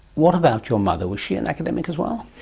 what about your mother? was she an academic as well?